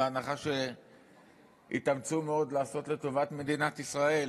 בהנחה שיתאמצו מאוד לעשות לטובת מדינת ישראל